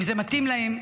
אם זה מתאים להם.